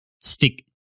stick